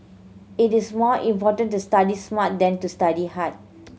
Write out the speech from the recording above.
it is more important to study smart than to study hard